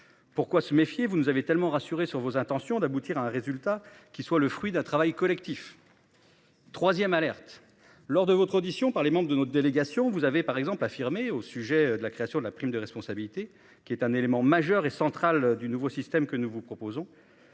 Pourquoi se méfier. Vous nous avez tellement rassurée sur vos intentions d'aboutir à un résultat qui soit le fruit d'un travail collectif. Troisième Alerte lors de votre audition par les membres de notre délégation vous avez par exemple affirmé au sujet de la création de la prime de responsabilité qui est un élément majeur est central du nouveau système que nous vous proposons.